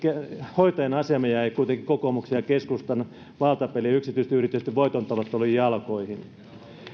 hoitajien asema jäi kuitenkin kokoomuksen ja keskustan valtapelin ja yksityisten yritysten voitontavoittelun jalkoihin